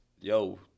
yo